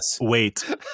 wait